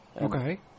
Okay